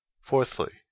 Fourthly